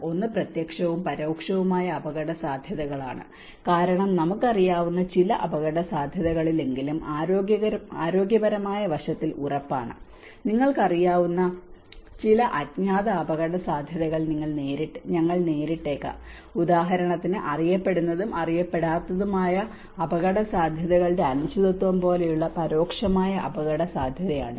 ഒന്ന് പ്രത്യക്ഷവും പരോക്ഷവുമായ അപകടസാധ്യതകളാണ് കാരണം നമുക്ക് അറിയാവുന്നത് ചില അപകടസാധ്യതകളാണെങ്കിലും ആരോഗ്യപരമായ വശത്തിൽ ഉറപ്പാണ് നിങ്ങൾക്കറിയാവുന്ന ചില അജ്ഞാത അപകടസാധ്യതകൾ ഞങ്ങൾ നേരിട്ടേക്കാം ഉദാഹരണത്തിന് അറിയപ്പെടുന്നതും അറിയാത്തതുമായ അപകടസാധ്യതകളുടെ അനിശ്ചിതത്വം പോലെയുള്ള പരോക്ഷമായ അപകടസാധ്യതയാണിത്